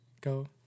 go